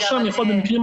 אלפים,